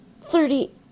thirty